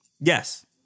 Yes